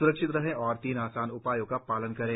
स्रक्षित रहें और तीन आसान उपायों का पालन करें